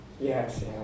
Yes